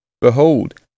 Behold